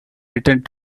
returned